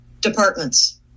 departments